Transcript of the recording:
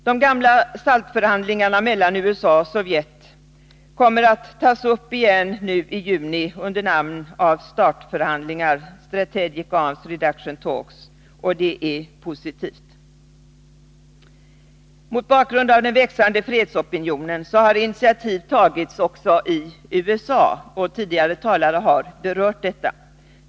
De tidigare förda SALT-förhandlingarna mellan USA och Sovjet kommer återigen att tas upp nu i juni under namnet START-förhandlingarna, dvs. Strategic Arms Reduction Talks. Det är positivt att så sker. Mot bakgrund av den växande fredsopinionen har initiativ tagits också i USA. Tidigare talare har berört den saken.